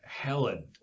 Helen